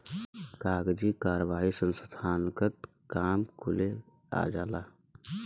कागजी कारवाही संस्थानगत काम कुले आ जाला